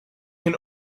can